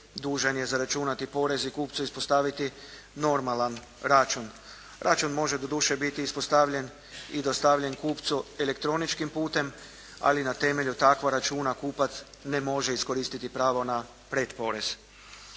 dužan je zaračunati porez i kupcu ispostaviti normalan račun. Račun može, doduše biti ispostavljen i dostavljen kupcu elektroničkim putem, ali na temelju takva računa kupac ne može iskoristiti pravo na pretporez.